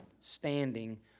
standing